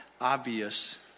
obvious